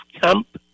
camp